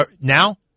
now